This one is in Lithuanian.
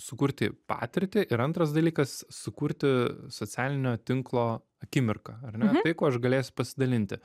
sukurti patirtį ir antras dalykas sukurti socialinio tinklo akimirką ar ne tai kuo aš galėsiu pasidalinti